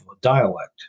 dialect